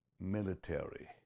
military